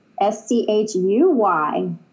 S-C-H-U-Y